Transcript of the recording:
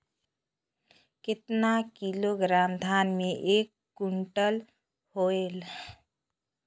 कतना किलोग्राम धान मे एक कुंटल होयल?